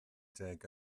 déag